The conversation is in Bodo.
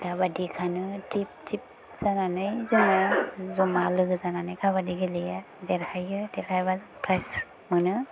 थिब थिब जानानै जोङो ज'मा लोगो जानानै काबादि गेलेयो देरहायो देरहाबा प्राइज मोनो